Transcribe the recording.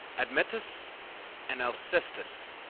admetus and alcestis